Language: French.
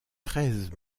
treize